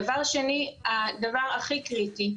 דבר שני, הדבר הכי קריטי,